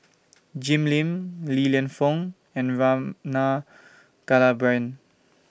Jim Lim Li Lienfung and Rama Kannabiran